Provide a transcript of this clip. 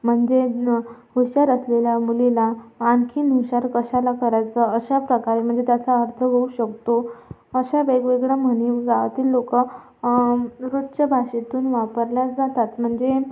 म्हणजे ना हुशार असलेल्या मुलीला आणखीन हुशार कशाला करायचं अशा प्रकार म्हणजे त्याचा अर्थ होऊ शकतो अशा वेगवेगळ्या म्हणी गावातील लोकं रोजच्या भाषेतून वापरल्या जातात म्हणजे